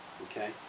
okay